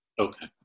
Okay